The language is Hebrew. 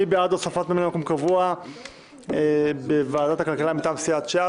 מי שבעד הוספת ממלא מקום קבוע בוועדת הכלכלה מטעם סיעת ש"ס,